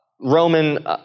Roman